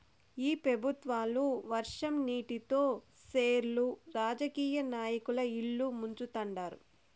ఈ పెబుత్వాలు వర్షం నీటితో సెర్లు రాజకీయ నాయకుల ఇల్లు ముంచుతండారు